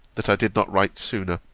that i did not write sooner.